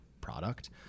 product